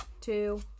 two